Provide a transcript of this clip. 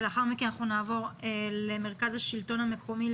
ולאחר מכן נעבור למרכז השלטון המקומי,